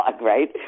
right